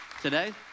today